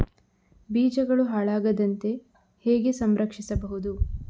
ಬೀಜಗಳು ಹಾಳಾಗದಂತೆ ಹೇಗೆ ಸಂರಕ್ಷಿಸಬಹುದು?